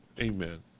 Amen